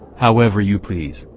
however you please,